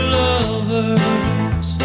lovers